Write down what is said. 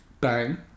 Bang